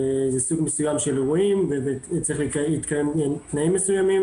זה סוג מסוים של אירועים וצריכים להתקיים תנאים מסוימים.